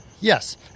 Yes